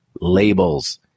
labels